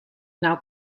now